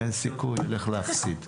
אין סיכוי, הולך להפסיד.